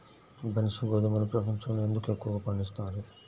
బన్సీ గోధుమను ప్రపంచంలో ఎందుకు ఎక్కువగా పండిస్తారు?